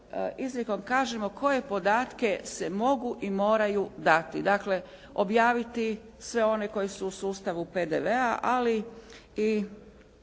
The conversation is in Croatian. izrijekom kažemo koje podatke se mogu i moraju dati. Dakle objaviti sve one koji su u sustavu PDV-a ali i